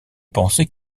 penser